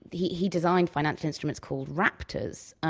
he he designed financial instruments called raptors.